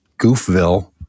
goofville